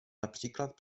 například